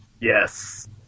Yes